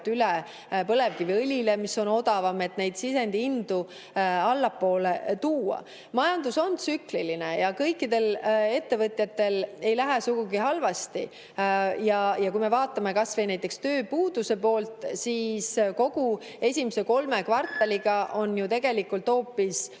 üle põlevkiviõlile, mis on odavam, et neid sisendi hindu allapoole tuua. Majandus on tsükliline ja kõikidel ettevõtjatel ei lähe sugugi halvasti. Kui me vaatame kas või näiteks tööpuuduse poolt, siis kogu esimese kolme kvartaliga on tegelikult